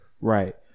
Right